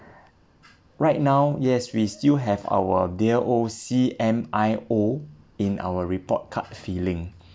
right now yes we still have our dear O_C_M_I_O in our report card feeling